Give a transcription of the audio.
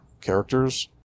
characters